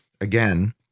again